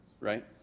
right